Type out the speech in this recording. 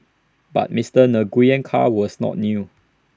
but Mister Nguyen's car was not new